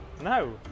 No